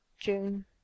June